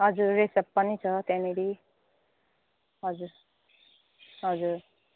हजुर रेसप पनि छ त्यहाँनिर हजुर हजुर